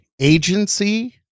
agency